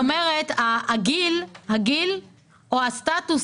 אני אומרת שהגיל או הסטטוס,